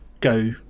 go